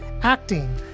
acting